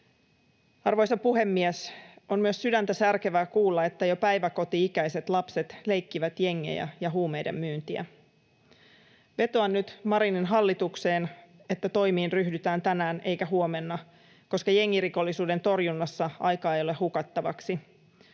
Arvoisa puhemies! On myös sydäntä särkevää kuulla, että jo päiväkoti-ikäiset lapset leikkivät jengejä ja huumeiden myyntiä. Vetoan nyt Marinin hallitukseen, että toimiin ryhdytään tänään eikä huomenna, koska jengirikollisuuden torjunnassa aikaa ei ole hukattavaksi.